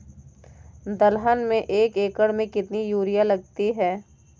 दलहन में एक एकण में कितनी यूरिया लगती है?